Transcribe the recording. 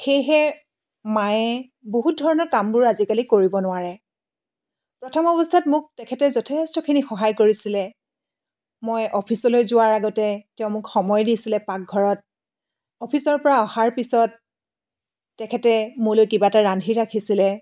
সেয়েহে মায়ে বহুত ধৰণৰ কামবোৰ আজিকালি কৰিব নোৱাৰে প্ৰথম অৱস্থাত মোক তেখেতে যথেষ্টখিনি সহায় কৰিছিলে মই অফিচলৈ যোৱাৰ আগতে তেওঁ মোক সময় দিছিলে পাকঘৰত অফিচৰ পৰা অহাৰ পিছত তেখেতে মোলৈ কিবা এটা ৰান্ধি ৰাখিছিলে